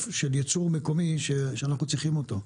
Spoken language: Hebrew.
של ייצור מקומי שאנחנו צריכים אותו.